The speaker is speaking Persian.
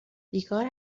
بیکار